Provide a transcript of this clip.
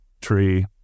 tree